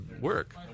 work